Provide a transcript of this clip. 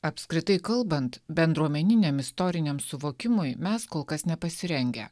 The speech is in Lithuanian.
apskritai kalbant bendruomeniniam istoriniam suvokimui mes kol kas nepasirengę